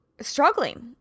struggling